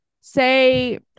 say